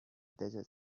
desert